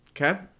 Okay